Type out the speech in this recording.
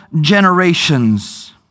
generations